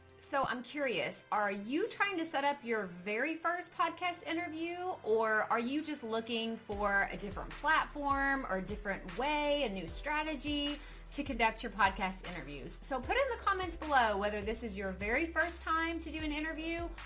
so i'm curious, are you trying to set up your very first podcast interview? or are you just looking for a different platform or different way a new strategy to conduct your podcast interviews. so put in the comments below whether this is your very first time to do an interview,